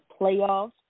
playoffs